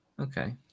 Okay